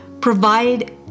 provide